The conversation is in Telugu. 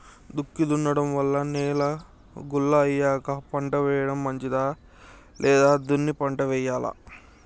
దుక్కి దున్నడం వల్ల నేల గుల్ల అయ్యాక పంట వేయడం మంచిదా లేదా దున్ని పంట వెయ్యాలా?